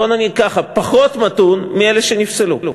בוא נגיד ככה, פחות מתון מאלה שנפסלו.